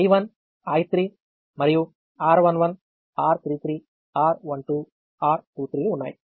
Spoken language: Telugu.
ఇక్కడ I1 I3 మరియు R11 R33 R12 R23 లు ఉన్నాయి